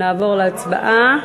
נעבור להצבעה.